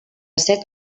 set